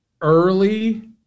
early